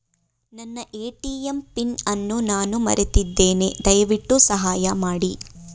ನನ್ನ ATM PIN ಅನ್ನು ನಾನು ಮರೆತಿದ್ದೇನೆ, ದಯವಿಟ್ಟು ಸಹಾಯ ಮಾಡಿ